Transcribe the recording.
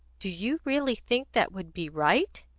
do you really think that would be right?